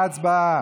הצבעה.